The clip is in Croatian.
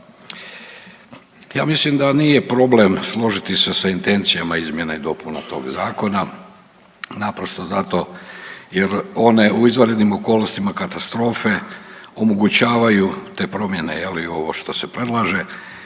Ja mislim da nije problem složiti se sa intencijama izmjena i dopuna tog zakona naprosto zato jer one u izvanrednim okolnostima katastrofe omogućavaju te promjene je li ovo što se predlaže,